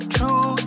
True